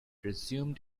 resumed